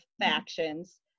factions